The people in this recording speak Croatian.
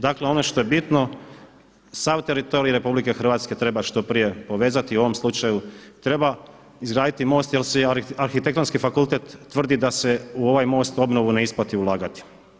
Dakle ono što je bitno, sav teritorij RH treba što prije povezati, u ovom slučaju treba izgraditi most jer Arhitektonski fakultet tvrdi da se u ovaj most u obnovu ne isplati ulagati.